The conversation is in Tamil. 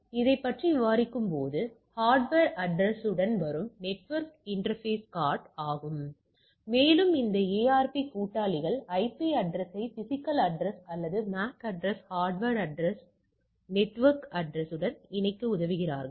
அதைப் பற்றி விவாதிக்கும்போது ஹார்ட்வர் அட்ரஸ் உடன் வரும் நெட்வொர்க் இன்டர்பேஸ் கார்டு ஆகும் மேலும் இந்த ARP கூட்டாளிகள் ஐபி அட்ரஸ்யை பிஸிக்கல் அட்ரஸ் அல்லது MAC address hardware address network address உடன் இணைக்க உதவுகிறார்கள்